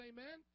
Amen